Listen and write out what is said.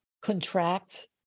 contract